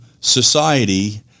society